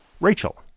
Rachel